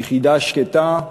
היחידה שקטה.